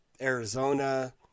Arizona